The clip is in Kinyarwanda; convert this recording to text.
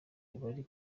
bari